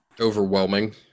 Overwhelming